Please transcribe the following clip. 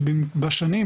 שבשנים,